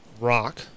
rock